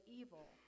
evil